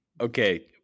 Okay